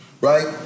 Right